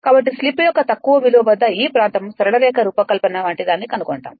కాబట్టి స్లిప్ యొక్క తక్కువ విలువ వద్ద ఈ ప్రాంతం సరళ రేఖ రూపకల్పన వంటిదాన్ని కనుగొంటాము